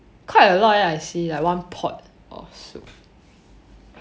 quite a lot leh I see like one pot of soup